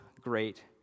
great